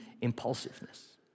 impulsiveness